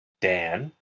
dan